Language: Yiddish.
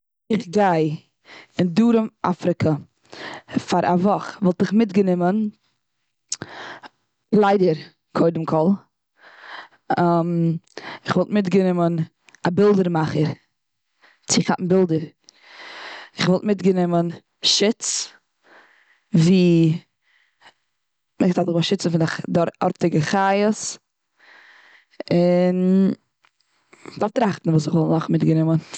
איך גיי און דרום אפריקא פאר א וואך. וואלט איך מיט גענומען קליידער קודם כל, כ'וואלט מיט גענומען א בילדער מאכער צו מאכן בילדער, כ'וואלט מיט גענומען שיץ ווי מ'דארף זיך באשיצן פון די ארטיגע חיות. און כ'דארף טראכטן וואס נאך כ'וואלט מיט גענומען.